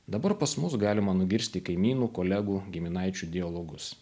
dabar pas mus galima nugirsti kaimynų kolegų giminaičių dialogus